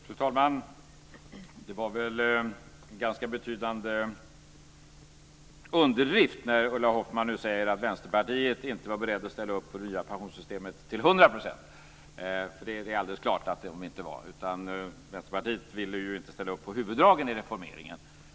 Fru talman! Det var väl en ganska betydande underdrift när Ulla Hoffmann nyss sade att Vänsterpartiet inte var berett att ställa sig bakom det nya pensionssystemet till hundra procent. Det är alldeles klart att man inte var det. Vänsterpartiet ville inte ställa sig bakom huvuddragen i reformeringen.